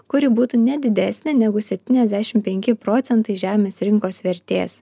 kuri būtų ne didesnė negu septyniasdešim penki procentai žemės rinkos vertės